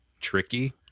tricky